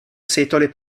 setole